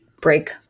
break